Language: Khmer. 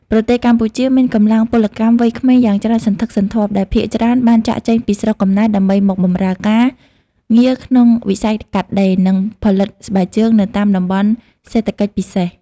ប្រទេសកម្ពុជាមានកម្លាំងពលកម្មវ័យក្មេងយ៉ាងច្រើនសន្ធឹកសន្ធាប់ដែលភាគច្រើនបានចាកចេញពីស្រុកកំណើតដើម្បីមកបម្រើការងារក្នុងវិស័យកាត់ដេរ និងផលិតស្បែកជើងនៅតាមតំបន់សេដ្ឋកិច្ចពិសេស។